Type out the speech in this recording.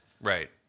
Right